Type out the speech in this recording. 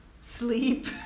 sleep